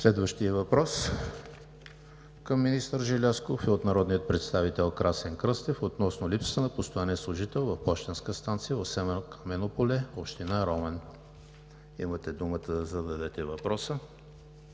Следващия въпрос към министър Желязков е от народния представител Красен Кръстев относно липсата на постоянен служител в пощенската станция в село Камено поле, община Роман. Имате думата да зададете въпроса.